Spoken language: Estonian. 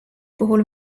puhul